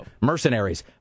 mercenaries